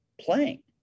playing